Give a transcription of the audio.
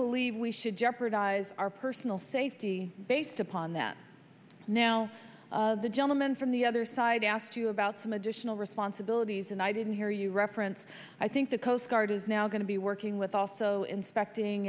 believe we should jeopardize our personal safety based upon that now the gentleman from the other side asked you about some additional responsibilities and i didn't hear you reference i think the coast guard is now going to be working with also inspecting